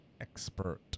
expert